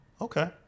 Okay